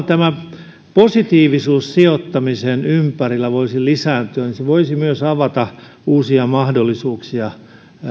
tämä positiivisuus sijoittamisen ympärillä voisi lisääntyä se voisi myös avata uusia mahdollisuuksia